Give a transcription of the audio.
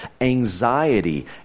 anxiety